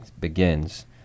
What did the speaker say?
begins